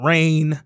Rain